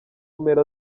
mpera